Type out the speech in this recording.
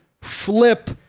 flip